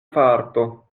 farto